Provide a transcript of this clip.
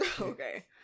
okay